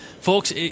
Folks